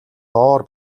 доор